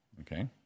Okay